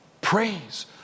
praise